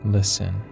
Listen